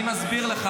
אני מסביר לך.